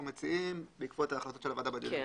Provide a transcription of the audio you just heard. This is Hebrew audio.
מציעים בעקבות ההחלטות של הוועדה בדיונים הקודמים,